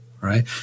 Right